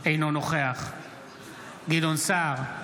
אינו נוכח גדעון סער,